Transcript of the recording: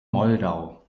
moldau